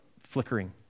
flickering